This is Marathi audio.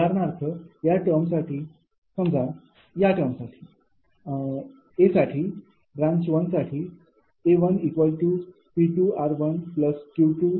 उदाहरणार्थ या टर्म साठी समजा या टर्म साठी A साठी ब्रांच 1 साठी 𝐴𝑃𝑟𝑄𝑥−0